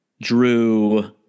Drew